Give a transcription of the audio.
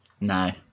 No